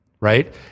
right